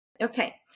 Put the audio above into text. Okay